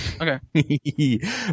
okay